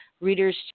readers